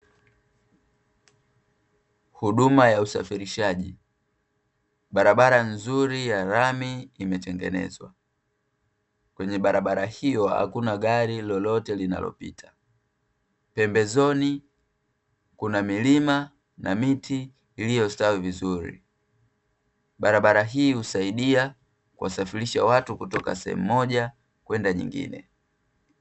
Huduma ya usafirishaji. Barabara nzuri ya lami imetengenezwa. Kwenye barabara hiyo hakuna gari lolote linalopita. Pembezoni kuna milima na miti iliyostawi vizuri. Barabara hii husaidia kuwasafirisha watu kutoka sehemu moja kwenda nyingine.